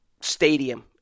stadium